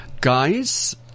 guys